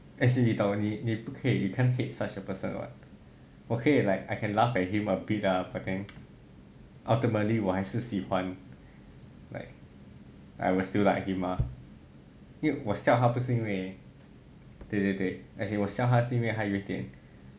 as in 你不可以 can't hate hit such a person what 我可以 like I can laugh at him a bit lah but then ultimately 我还是喜欢 like I will still like him lah 因为我笑他不是因为对对对我笑他是因为他有一点